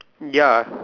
ya